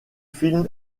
film